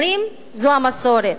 אומרים: זו המסורת.